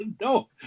No